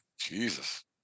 Jesus